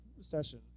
session